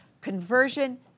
Conversion